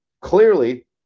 clearly